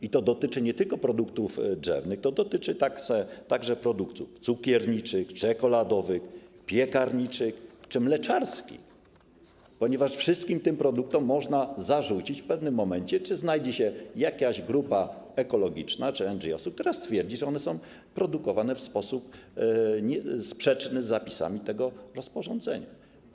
I to dotyczy nie tylko produktów drzewnych, lecz także produktów cukierniczych, czekoladowych, piekarniczych czy mleczarskich, ponieważ wszystkim tym produktom można zarzucić w pewnym momencie - czy znajdzie się jakaś grupa ekologiczna czy NGO, która to stwierdzi - że są one produkowane w sposób sprzeczny z zapisami tego rozporządzenia.